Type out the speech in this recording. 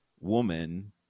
woman